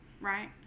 Right